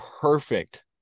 perfect